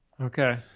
Okay